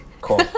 cool